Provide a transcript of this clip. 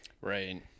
right